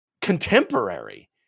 contemporary